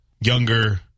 younger